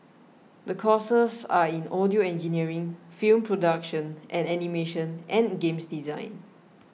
the courses are in audio engineering film production and animation and games design